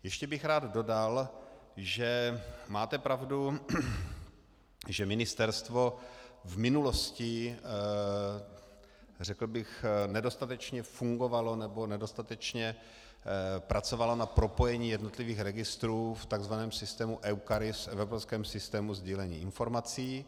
Ještě bych rád dodal, že máte pravdu, že ministerstvo v minulosti řekl bych nedostatečně fungovalo, nebo nedostatečně pracovalo na propojení jednotlivých registrů v tzv. systému EUCARIS, evropském systému sdílení informací.